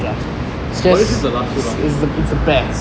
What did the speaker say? warrior shoes will last you long